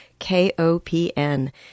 KOPN